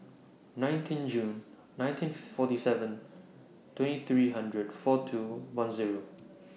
nineteen June nineteen forty seven twenty three hundred four two one Zero